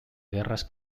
guerras